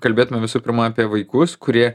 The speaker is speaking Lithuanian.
kalbėtume visų pirma apie vaikus kurie